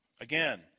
Again